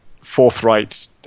forthright